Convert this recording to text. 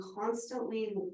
constantly